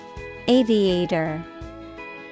Aviator